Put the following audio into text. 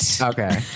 Okay